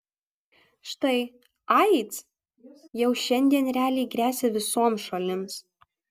štai aids jau šiandien realiai gresia visoms šalims